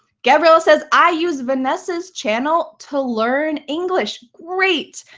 gabriel says, i use vanessa's channel to learn english. great.